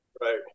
Right